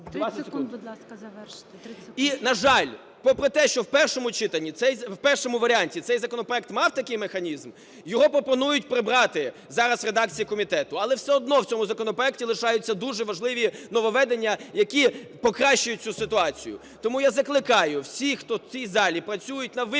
І, на жаль, попри те, що в першому читанні… в першому варіанті цей законопроект мав такий механізм, його пропонують прибрати зараз у редакції комітету. Але все одно в цьому законопроекті лишаються дуже важливі нововведення, які покращують цю ситуацію. Тому я закликаю всіх, хто в цій залі працює на виборців,